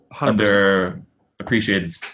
under-appreciated